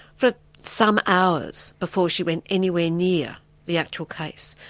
for some hours before she went anywhere near the actual case.